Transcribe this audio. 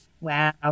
Wow